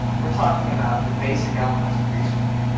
we're talking about the basic elements of research.